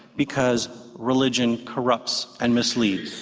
because religion corrupts and misleads.